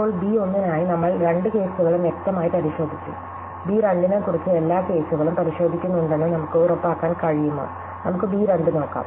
ഇപ്പോൾ ബി 1നായി നമ്മൾ രണ്ട് കേസുകളും വ്യക്തമായി പരിശോധിച്ചു ബി 2 നെക്കുറിച്ച് എല്ലാ കേസുകളും പരിശോധിക്കുന്നുണ്ടെന്ന് നമുക്ക് ഉറപ്പാക്കാൻ കഴിയുമോ നമുക്ക് ബി 2 നോക്കാം